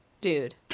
Dude